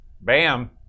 Bam